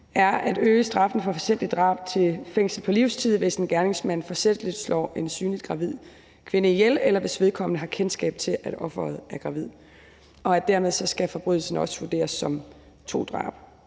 er at øge straffen for forsætligt drab til fængsel på livstid, hvis en gerningsmand forsætligt slår en synligt gravid kvinde ihjel, eller hvis vedkommende har kendskab til, at offeret er gravid – dermed skal forbrydelsen også vurderes som to drab.